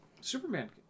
Superman